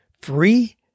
free